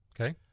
Okay